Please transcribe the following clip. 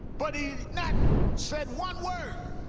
but he's not said one word